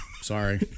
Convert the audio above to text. Sorry